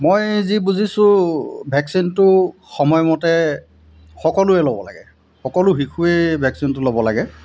মই যি বুজিছোঁ ভেকচিনটো সময়মতে সকলোৱে ল'ব লাগে সকলো শিশুৱেই ভেকচিনটো ল'ব লাগে